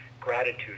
gratitude